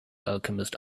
alchemist